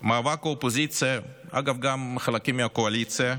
מאבק האופוזיציה, אגב, גם חלקים מהקואליציה,